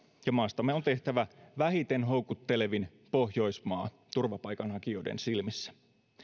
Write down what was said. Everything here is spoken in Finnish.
ja maastamme on tehtävä vähiten houkutteleva pohjoismaa turvapaikanhakijoiden silmissä